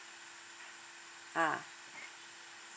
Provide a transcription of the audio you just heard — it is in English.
ah